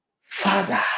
Father